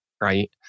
right